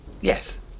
Yes